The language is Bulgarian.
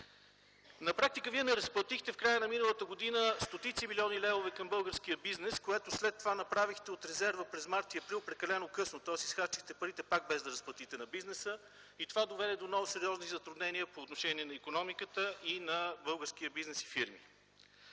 На практика вие не разплатихте в края на миналата година стотици милиони левове към българския бизнес, което след това направихте от резерва през м. март и април – прекалено късно. Тоест изхарчихте парите, пак без да разплатите на бизнеса, и това доведе до много сериозни затруднения по отношение на икономиката и на българския бизнес и фирми.